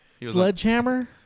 Sledgehammer